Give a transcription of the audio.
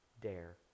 dare